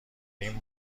این